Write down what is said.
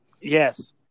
Yes